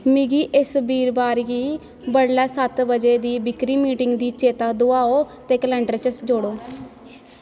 मिगी इस बीरवार गी बडलै सत्त बजे दी बिक्री मीटिंग दी चेता दोआओ ते कैलेंडर च इस जोड़ो